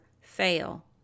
fail